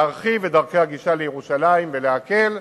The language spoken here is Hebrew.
להרחיב את דרכי הגישה לירושלים ולהקל.